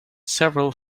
several